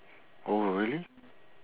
oh really